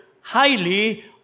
highly